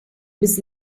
bis